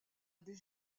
des